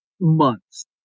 months